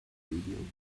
game